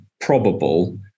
probable